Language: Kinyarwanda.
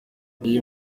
iyi